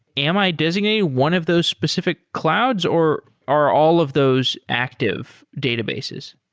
am i designating one of those specific clouds, or are all of those active databases?